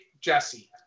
Jesse